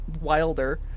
wilder